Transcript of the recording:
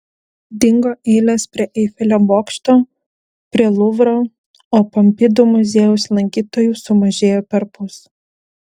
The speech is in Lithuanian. dingo eilės prie eifelio bokšto prie luvro o pompidu muziejaus lankytojų sumažėjo perpus